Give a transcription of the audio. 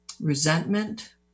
resentment